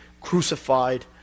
crucified